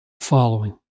following